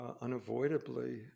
unavoidably